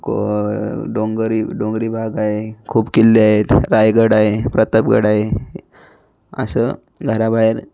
को डोंगरी डोंगरी भाग आहे खूप किल्ले आहेत रायगड आहे प्रतापगड आहे असं घराबाहेर